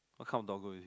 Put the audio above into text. what kind of Dogo is it